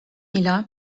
ila